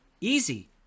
easy